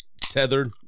tethered